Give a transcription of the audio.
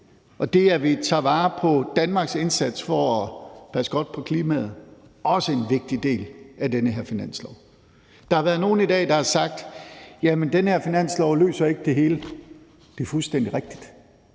og det, at vi tager vare på Danmarks indsats for at passe godt på klimaet, også en vigtig del af den her finanslov. Der har været nogle, der her i dag har sagt, at den her finanslov ikke løser det hele. Det er fuldstændig rigtigt.